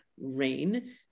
rain